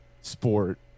sport